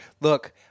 Look